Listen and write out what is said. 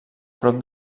prop